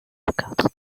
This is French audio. quatre